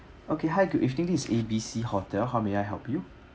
okay hi good evening this is A B C hotel how may I help you